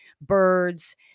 birds